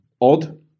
odd